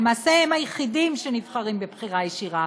למעשה, הם היחידים שנבחרים בבחירה ישירה.